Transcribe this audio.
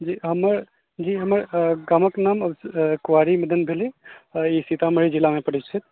जी हमर जी हमर गामक नाम कुआरि मदन भेलै और ई सीतामढ़ी जिलामे पड़ै छै